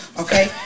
okay